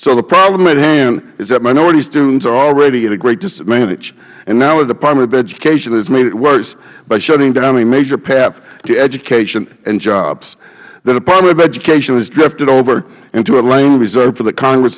so the problem at hand is that minority students are already at a great disadvantage and now the department of education has made it worse by shutting down a major path to education and jobs the department of education has drifted over into a lane reserved for the congress